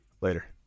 Later